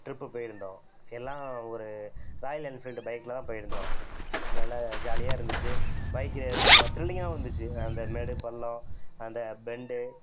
trip போயிருந்தோம் எல்லாம் ஒரு ராயல் என்ஃபீல்டு பைக்கில் தான் போயிருந்தோம் அதுனால் ஜாலியாக இருந்துச்சு பைக்கு ம த்ரில்லிங்காவும் இருந்துச்சு அந்த மேடு பள்ளம் அந்த பெண்டு